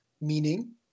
meaning